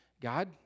God